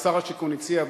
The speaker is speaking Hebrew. ששר השיכון הציע,